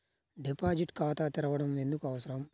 Deposit ఖాతా తెరవడం ఎందుకు అవసరం?